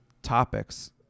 topics